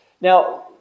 Now